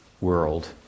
world